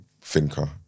thinker